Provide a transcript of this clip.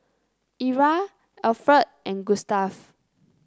Era Alferd and Gustave